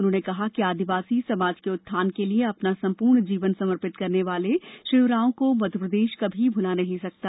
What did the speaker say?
उन्होंने कहा कि आदीवासी समाज के उत्थान के लिये अपना संपूर्ण जीवन समर्पित करने वाले श्री उरांव को मध्यप्रदेश कभी भूला नहीं सकता